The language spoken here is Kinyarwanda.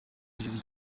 hejuru